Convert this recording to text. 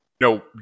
No